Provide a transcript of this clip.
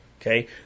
Okay